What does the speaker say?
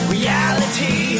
Reality